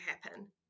happen